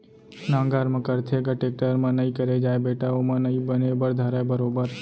नांगर म करथे ग, टेक्टर म नइ करे जाय बेटा ओमा नइ बने बर धरय बरोबर